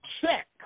check